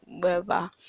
Wherever